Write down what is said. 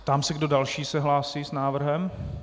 Ptám se, kdo další se hlásí s návrhem.